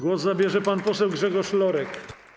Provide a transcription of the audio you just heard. Głos zabierze pan poseł Grzegorz Lorek.